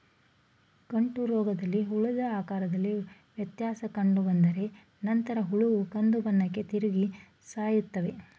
ಗಂಟುರೋಗದಲ್ಲಿ ಹುಳದ ಗಾತ್ರದಲ್ಲಿ ವ್ಯತ್ಯಾಸ ಕಂಡುಬರ್ತದೆ ನಂತರ ಹುಳ ಕಂದುಬಣ್ಣಕ್ಕೆ ತಿರುಗಿ ಸಾಯ್ತವೆ